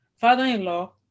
father-in-law